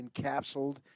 encapsulated